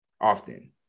often